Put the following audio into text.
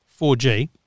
4G